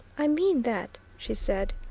i mean that, she said.